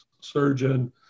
surgeon